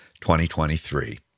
2023